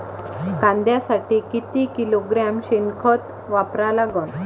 कांद्यासाठी किती किलोग्रॅम शेनखत वापरा लागन?